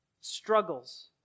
Struggles